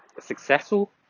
successful